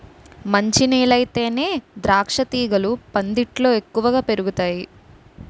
మంచి నేలయితేనే ద్రాక్షతీగలు పందిట్లో ఎక్కువ పెరుగతాయ్